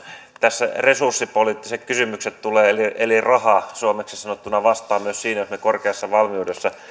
tässä resurssipoliittiset kysymykset tulevat eli eli raha suomeksi sanottuna vastaan myös siinä jos me korkeassa valmiudessa